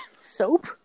soap